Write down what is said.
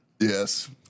Yes